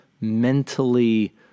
mentally